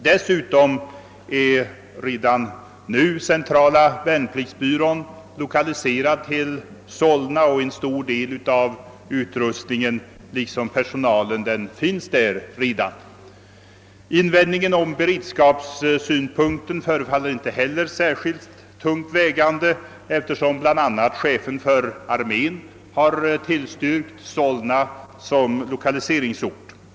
Dessutom är centrala värnpliktsbyrån lokaliserad till Solna, där en stor del av utrustningen och personalen redan finns. Den invändning som görs från beredskapssynpunkt förefaller inte heller särskilt tungt vägande, eftersom bland andra chefen för armén tillstyrkt Solna som lokaliseringsort.